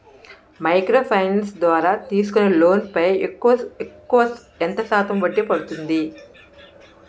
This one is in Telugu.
మైక్రో ఫైనాన్స్ ద్వారా తీసుకునే లోన్ పై ఎక్కువుగా ఎంత శాతం వడ్డీ పడుతుంది?